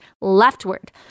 leftward